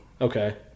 Okay